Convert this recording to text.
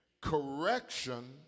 Correction